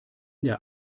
der